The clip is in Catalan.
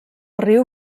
riu